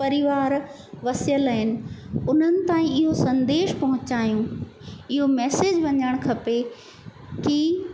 परिवार वसियल आहिनि उन्हनि ताईं इहो संदेश पोंहचायूं इहो मेसेज वञणु खपे की